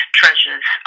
treasures